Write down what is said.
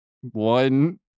one